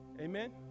Amen